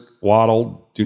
Waddle